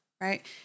right